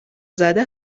زده